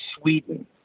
Sweden